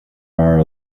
are